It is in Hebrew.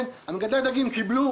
מגדלי הדגים קיבלו